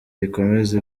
rikomeza